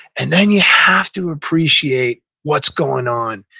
and then you have to appreciate what's going on,